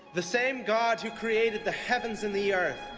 the same god who created the heavens and the earth,